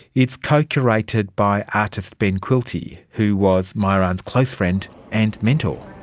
it's co-curated by artist ben quilty who was myuran's close friend and mentor.